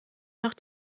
noch